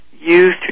use